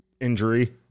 injury